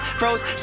froze